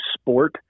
sport